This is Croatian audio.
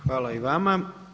Hvala i vama.